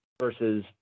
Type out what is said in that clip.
versus